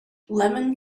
lemon